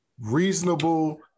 reasonable